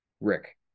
Rick